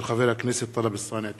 של חבר הכנסת טלב אלסאנע.